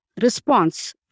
response